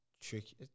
Tricky